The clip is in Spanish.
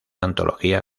antología